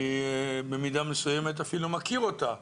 אני במידה מסוימת אפילו מכיר אותה.